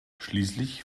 schließlich